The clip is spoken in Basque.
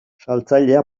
saltzailea